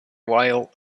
while